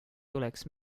tuleks